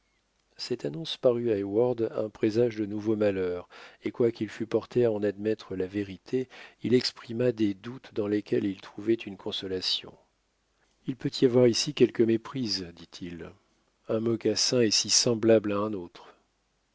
cette annonce parut à heyward un présage de nouveaux malheurs et quoiqu'il fût porté à en admettre la vérité il exprima des doutes dans lesquels il trouvait une consolation il peut y avoir ici quelque méprise dit-il un mocassin est si semblable à un autre